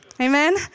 Amen